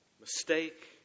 mistake